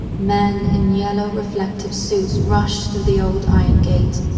men in yellow reflective suits rushed through the old iron gate,